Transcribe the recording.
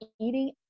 eating